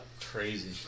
crazy